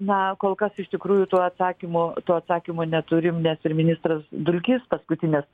na kol kas iš tikrųjų tų atsakymų tų atsakymų neturim nes ir ministras dulkys paskutines